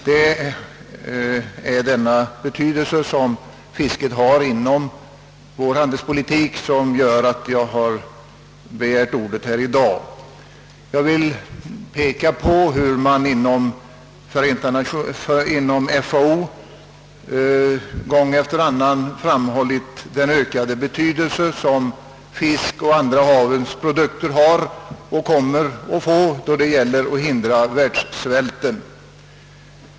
Det är med tanke på denna fiskets betydelse inom vår handelspolitik som jag har begärt ordet i dag. Jag vill peka på hur man inom FAO gång efter annan har framhållit den ökade betydelse som fisk och andra havens produkter har och kommer att få då det gäller att hindra världssvälten.